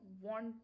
want